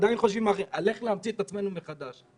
עדיין חושבים על איך להמציא את עצמנו מחדש.